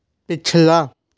पिछला